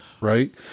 right